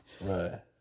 Right